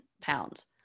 pounds